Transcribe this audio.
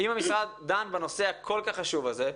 אם המשרד דן בנושא הכול כך חשוב הזה,